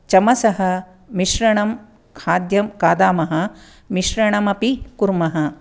चमसः मिश्रणं खाद्यं खादामः मिश्रणमपि कुर्मः